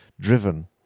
driven